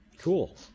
Cool